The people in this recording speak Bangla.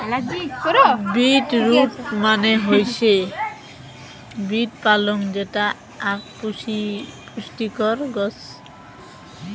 বিট রুট মানে হৈসে বিট পালং যেটা আক পুষ্টিকর গছ